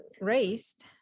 raised